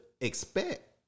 expect